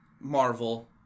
Marvel